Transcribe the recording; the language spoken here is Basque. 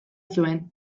zuen